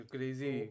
Crazy